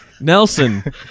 Nelson